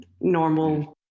normal